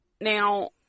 Now